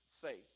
faith